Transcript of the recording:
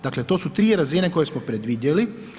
Dakle, to su 3 razine koje smo predvidjeli.